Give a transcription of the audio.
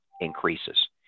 increases